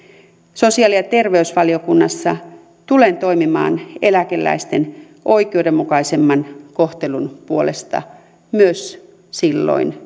sosiaali ja terveysvaliokunnassa tulen toimimaan eläkeläisten oikeudenmukaisemman kohtelun puolesta myös silloin